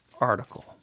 article